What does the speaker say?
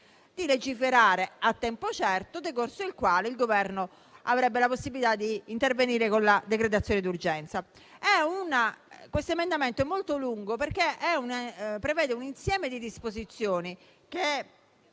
di legiferare in un tempo certo, decorso il quale il Governo avrebbe la possibilità di intervenire con la decretazione d'urgenza. Questo emendamento è molto lungo, perché prevede un insieme di disposizioni